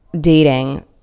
dating